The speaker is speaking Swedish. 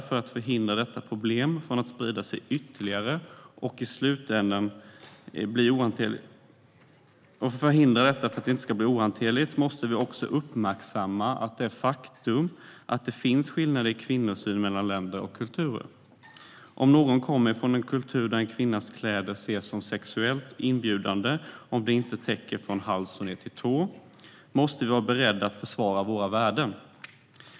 För att hindra detta problem från att sprida sig ytterligare och i slutändan bli ohanterligt måste vi uppmärksamma det faktum att det finns skillnader i kvinnosyn mellan länder och kulturer. Om någon kommer från en kultur där en kvinnas kläder ses som sexuellt inbjudande om de inte täcker från halsen ned till tårna måste vi vara beredda att försvara våra värden.